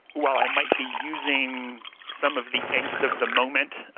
while i might be using some of the angst of the moment